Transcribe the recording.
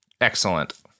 Excellent